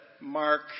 Mark